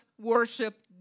worship